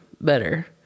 better